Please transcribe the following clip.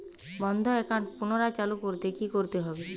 বন্ধ একাউন্ট পুনরায় চালু করতে কি করতে হবে?